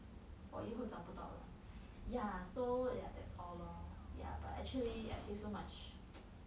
我以后找不到了 ya so ya that's all lor